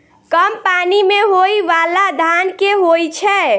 कम पानि मे होइ बाला धान केँ होइ छैय?